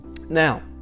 Now